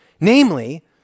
Namely